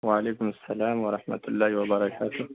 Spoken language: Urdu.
وعلیکم السّلام و رحمۃ اللہ و برکاتہ